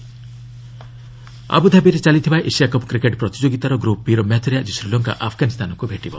Asia cup ଆବୁଧାବୀଠାରେ ଚାଲିଥିବା Asia cup cricket ପ୍ରତିଯୋଗୀତାର ଗ୍ରପ୍ ବି'ର ମ୍ୟାଚ୍ରେ ଆଜି ଶ୍ରୀଲଙ୍କା ଆଫଗାନସ୍ତାନକୁ ଭେଟିବ